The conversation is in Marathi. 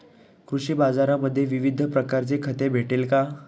कृषी बाजारांमध्ये विविध प्रकारची खते भेटेल का?